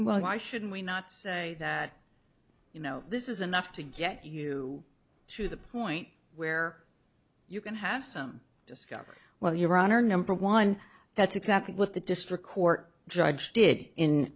well why shouldn't we not say that you know this is enough to get you to the point where you can have some discovery well your honor number one that's exactly what the district court judge did in